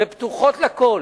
ופתוחות לכול,